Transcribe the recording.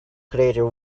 creative